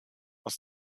aus